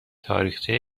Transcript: تاریخچه